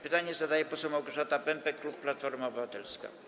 Pytanie zadaje poseł Małgorzata Pępek, klub Platforma Obywatelska.